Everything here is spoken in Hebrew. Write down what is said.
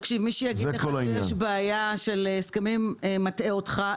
מי שיגיד לך שיש בעיה של הסכמים, מטעה אותך.